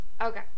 Okay